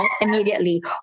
immediately